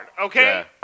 okay